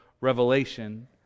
revelation